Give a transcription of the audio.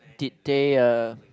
did they uh